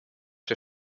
der